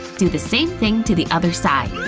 do the same thing to the other side.